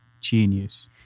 Genius